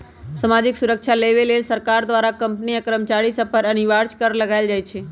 सामाजिक सुरक्षा देबऐ लेल सरकार द्वारा कंपनी आ कर्मचारिय सभ पर अनिवार्ज कर लगायल जाइ छइ